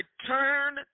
return